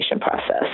process